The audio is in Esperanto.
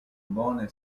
bone